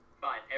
Fine